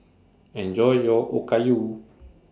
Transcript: Enjoy your Okayu